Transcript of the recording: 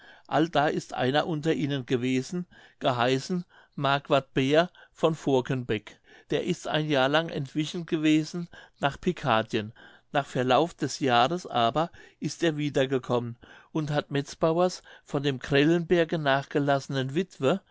allda ist einer unter ihnen gewesen geheißen marquard behr von forkenbeck der ist ein jahr lang entwichen gewesen nach picardien nach verlauf des jahres aber ist er wiedergekommen und hat metzbauers von dem grellenberge nachgelassenen wittwe